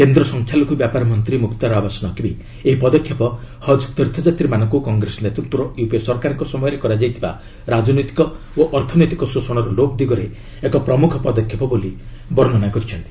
କେନ୍ଦ୍ର ସଂଖ୍ୟାଲଘୁ ବ୍ୟାପାର ମନ୍ତ୍ରୀ ମୁକ୍ତାର ଆବାସ୍ ନକ୍ବି ଏହି ପଦକ୍ଷେପ ହକ୍ ତୀର୍ଥଯାତ୍ରୀମାନଙ୍କୁ କଂଗ୍ରେସ ନେତୃତ୍ୱର ୟୁପିଏ ସରକାରଙ୍କ ସମୟରେ କରାଯାଇଥିବା ରାଜନୈତିକ ଓ ଅର୍ଥନୈତିକ ଶୋଷଣର ଲୋପ ଦିଗରେ ଏକ ପ୍ରମୁଖ ପଦକ୍ଷେପ ବୋଲି ବର୍ଣ୍ଣନା କରିଛନ୍ତି